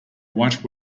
white